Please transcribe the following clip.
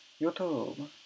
YouTube